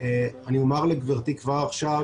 אני אומר לגברתי כבר עכשיו,